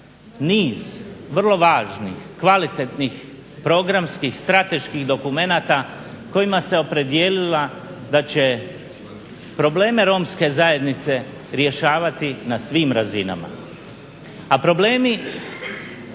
niz vrlo važnih kvalitetnih programskih, strateških dokumenata kojima se opredijelila da će probleme romske zajednice rješavati na svim razinama, a problemi